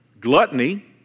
Gluttony